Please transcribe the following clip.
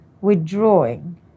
withdrawing